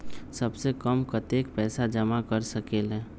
सबसे कम कतेक पैसा जमा कर सकेल?